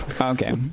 okay